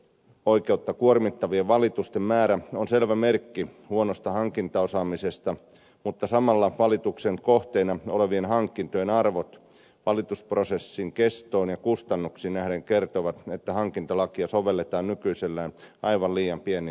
markkinaoikeutta kuormittavien valitusten määrä on selvä merkki huonosta hankintaosaamisesta mutta samalla valituksen kohteina olevien hankintojen arvot valitusprosessin kestoon ja kustannuksiin nähden kertovat että hankintalakia sovelletaan nykyisellään aivan liian pieniin hankintoihin